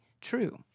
true